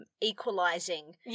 equalizing